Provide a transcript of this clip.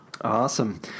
Awesome